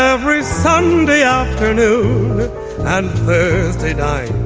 every sunday afternoon and thursday night,